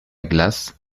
glace